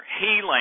healing